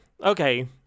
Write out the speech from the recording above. Okay